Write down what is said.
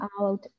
out